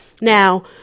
now